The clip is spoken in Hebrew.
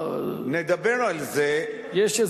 נדבר על זה.